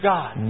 God